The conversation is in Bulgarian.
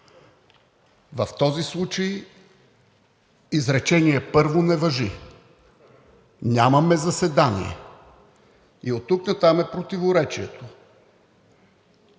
В този случай изречение първо не важи – нямаме заседание, и оттук натам е противоречието: